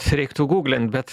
reiktų gūglint bet